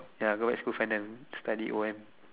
ya go back school find them study o